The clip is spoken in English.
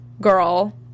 girl